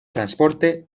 transporte